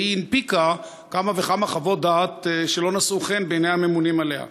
והיא הנפיקה כמה וכמה חוות דעת שלא נשאו חן בעיני הממונים עליה,